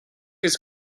his